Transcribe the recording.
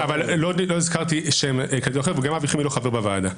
לא הזכרתי שם, וגם אבי חימי לא חבר בוועדה.